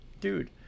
Dude